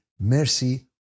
mercy